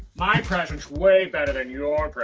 my present is way better than your